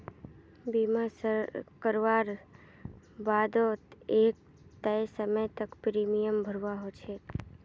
बीमा करवार बा द एक तय समय तक प्रीमियम भरवा ह छेक